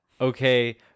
Okay